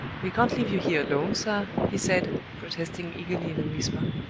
we can't leave you here alone, sir, he said, protesting eagerly in a whisper.